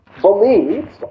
believes